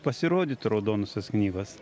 pasirodyti raudonosios knygos